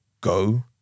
go